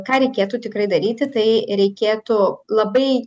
ką reikėtų tikrai daryti tai reikėtų labai